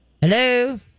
Hello